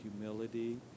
humility